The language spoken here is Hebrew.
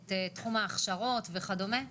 את תחום ההכשרות וכדומה,